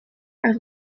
are